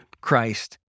Christ